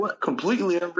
completely